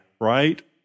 right